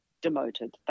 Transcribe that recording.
demoted